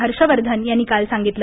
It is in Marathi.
हर्षवर्धन यांनी काल सांगितलं